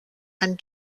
and